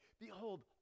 Behold